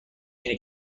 اینه